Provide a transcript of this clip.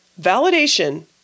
Validation